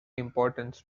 importance